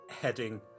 heading